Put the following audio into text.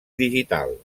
digital